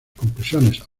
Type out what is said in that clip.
conclusiones